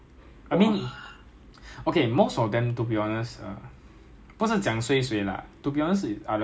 I feel like a bit like 为什么要这样子 but I guess is their culture back in like let's say Bangladesh or back in India